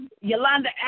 Yolanda